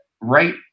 right